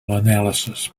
analysis